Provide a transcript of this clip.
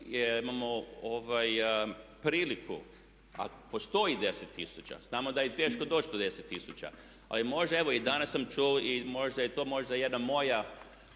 imamo priliku. A postoji 10 000, znamo da je teško doći do 10 000. Ali možda evo, i danas sam čuo i možda je to jedan moj